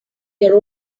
your